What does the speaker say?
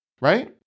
right